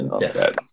yes